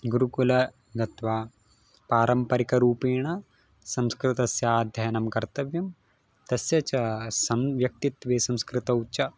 गुरुकुलं गत्वा पारम्परिकरूपेण संस्कृतस्याध्ययनं कर्तव्यं तस्य च संव्यक्तित्वे संस्कृतौ च